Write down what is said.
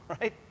right